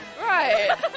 Right